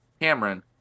Cameron